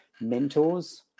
Mentors